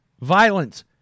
violence